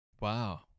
Wow